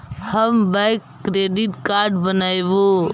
हम bank credit card बनैवो?